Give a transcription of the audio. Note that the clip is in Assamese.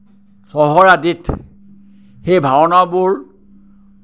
চহৰ আদিত সেই ভাওনাবোৰ